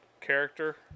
character